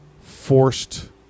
forced